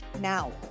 now